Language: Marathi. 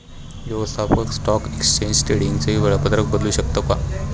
व्यवस्थापक स्टॉक एक्सचेंज ट्रेडिंगचे वेळापत्रक बदलू शकतो का?